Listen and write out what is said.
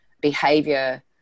behavior